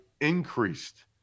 increased